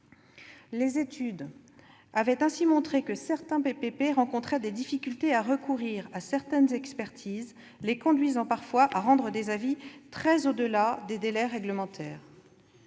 Les études avaient ainsi montré que des CPP rencontraient des difficultés à recourir à certaines expertises, les conduisant parfois à rendre des avis très au-delà des délais réglementaires.